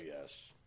yes